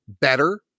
better